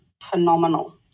phenomenal